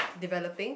developing